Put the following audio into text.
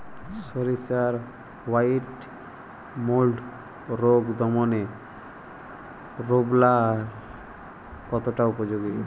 সরিষার white mould রোগ দমনে রোভরাল কতটা উপযোগী?